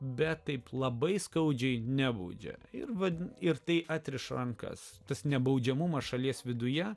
bet taip labai skaudžiai nebaudžia ir vat ir tai atriš rankas tas nebaudžiamumas šalies viduje